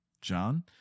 John